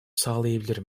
sağlayabilir